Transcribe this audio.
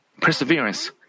perseverance